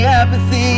apathy